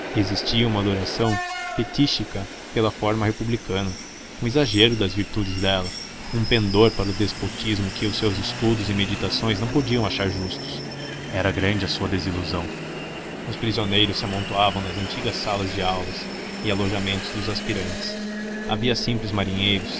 existia uma adoração fetíchica pela forma republicana um exagero das virtudes dela um pendor para o despotismo que os seus estudos e meditações não podiam achar justo era grande a sua desilusão os prisioneiros se amontoavam nas antigas salas de aulas e alojamentos dos aspirantes havia simples marinheiros